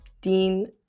Dean